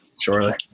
Surely